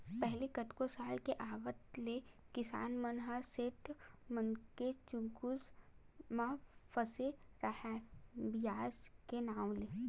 पहिली कतको साल के आवत ले किसान मन ह सेठ मनके चुगुल म फसे राहय बियाज के नांव ले